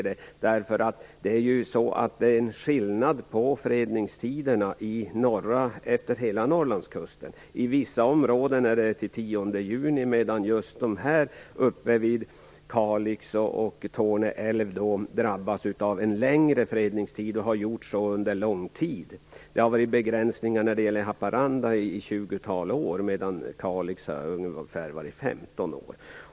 Det är skillnad på fredningstiderna efter hela Norrlandskusten. I vissa områden är den till den 10 juni, medan Kalix och Torne älv drabbas av en längre fredningstid, och har gjort så under lång tid. Det har varit begränsningar i Haparanda i ett 20-tal år och i Kalix i ungefär 15 år.